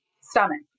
stomach